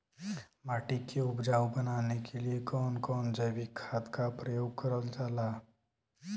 माटी के उपजाऊ बनाने के लिए कौन कौन जैविक खाद का प्रयोग करल जाला?